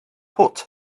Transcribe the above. put